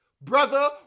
brother